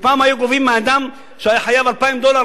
פעם היו גובים מאדם שהיה חייב 2,000 דולר,